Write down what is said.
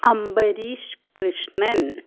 Ambareesh Krishnan